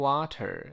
Water，